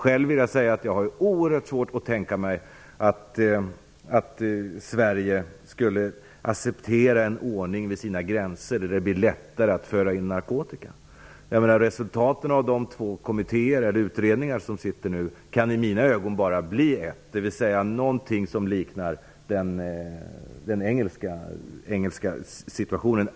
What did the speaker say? Själv vill jag säga att jag har oerhört svårt att tänka mig att Sverige skulle acceptera en ordning vid sina gränser där det blir lättare att föra in narkotika. Resultaten av de två kommittéer eller utredningar som nu pågår kan i mina ögon bara bli ett, dvs. någonting som liknar den engelska situationen.